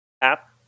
app